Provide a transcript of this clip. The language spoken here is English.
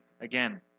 again